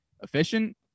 efficient